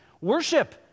Worship